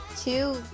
Two